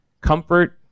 Comfort